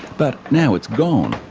but now it's gone,